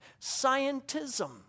Scientism